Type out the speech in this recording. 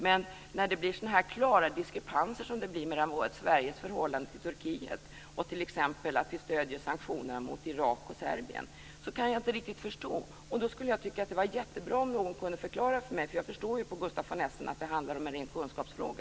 Men när det uppstår så klara diskrepanser som mellan Sveriges förhållande till Turkiet och vårt stöd för sanktioner mot Irak och Serbien, förstår jag inte riktigt. Det skulle vara mycket bra om någon kunde förklara detta för mig, eftersom jag av Gustaf von Essen förstår att det handlar om en ren kunskapsfråga.